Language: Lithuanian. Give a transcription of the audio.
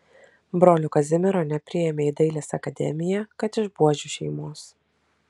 brolio kazimiero nepriėmė į dailės akademiją kad iš buožių šeimos